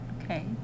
okay